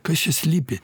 kas čia slypi